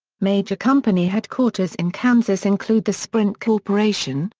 major company headquarters in kansas include the sprint corporation,